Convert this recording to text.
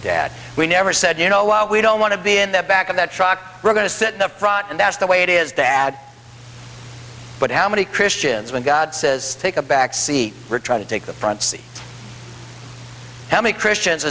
dad we never said you know we don't want to be in the back of that truck we're going to sit in the front and that's the way it is the ad but how many christians when god says take a back seat or try to take the front seat how many christians